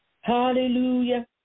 Hallelujah